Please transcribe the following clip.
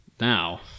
Now